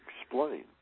explain